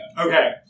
Okay